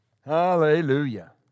hallelujah